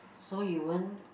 so you won't